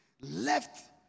left